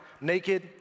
naked